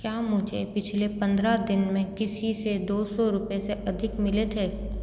क्या मुझे पिछले पंद्रह दिन में किसी से दो सौ रुपये से अधिक मिले थे